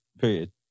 Period